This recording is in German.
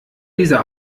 dieser